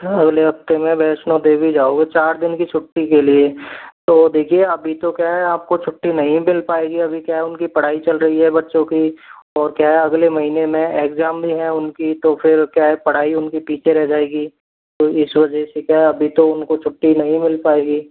अगले हफ्ते में वैष्णो देवी जाओगे चार दिन की छुट्टी के लिए तो देखिए अभी तो क्या है आप छुट्टी नहीं मिल पाएगी अभी क्या उनकी पढ़ाई चल रही है बच्चों की और क्या है अगले महीने में एग्जाम भी है उनकी तो फिर क्या है पढ़ाई उनकी पीछे रह जाएगी तो इस वजह से क्या है अभी तो उनको तो छुट्टी नहीं मिल पाएगी